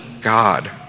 God